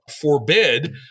forbid